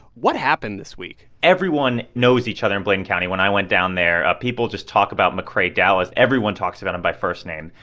what happened this week? everyone knows each other in bladen county. when i went down there, people just talk about mccrae dowless everyone talks about him by first name.